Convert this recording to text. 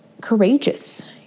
courageous